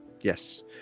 Yes